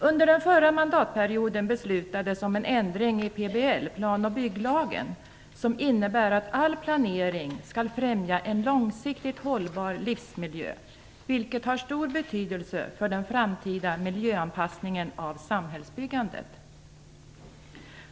Under den förra mandatperioden beslutades om en ändring i PBL, plan och bygglagen, som innebär att all planering skall främja en långsiktigt hållbar livsmiljö, vilket har stor betydelse för den framtida miljöanpassningen av samhällsbyggandet.